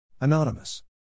Anonymous